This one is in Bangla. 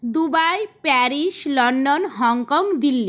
Dubai Paris London Hong Kong Delhi